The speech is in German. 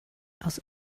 aus